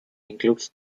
includes